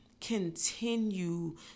continue